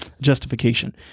justification